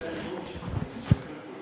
הביתה, ושבעזרת